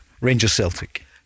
Rangers-Celtic